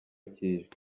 cy’ijwi